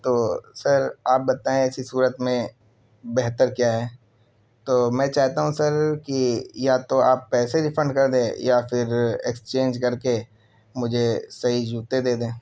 تو سر آپ بتائیں ایسی صورت میں بہتر کیا ہے تو میں چاہتا ہوں سر کہ یا تو آپ پیسے ریفنڈ کر دیں یا پھر ایکسچینج کر کے مجھے صحیح جوتے دے دیں